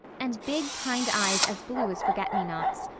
and big, kind eyes as blue as forget-me-nots.